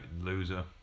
loser